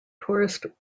tourist